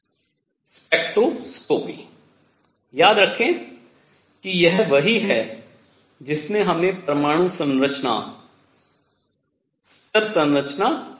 spectroscopy याद रखें कि यह वही है जिसने हमें परमाणु संरचना स्तर संरचना दी है